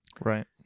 right